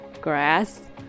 grass